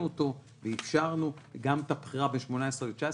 אותו ואפשרנו גם את הבחירה בין 18 ל-19,